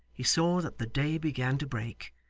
he saw that the day began to break,